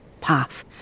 path